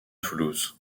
toulouse